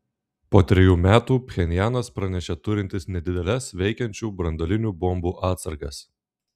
po trejų metų pchenjanas pranešė turintis nedideles veikiančių branduolinių bombų atsargas